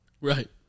right